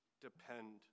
depend